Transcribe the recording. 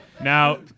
Now